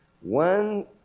One